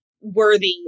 worthy